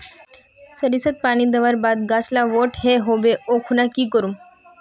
सरिसत पानी दवर बात गाज ला बोट है होबे ओ खुना की करूम?